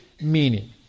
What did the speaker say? meaning